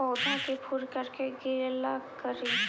पौधा के फुल के न गिरे ला का करि?